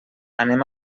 anem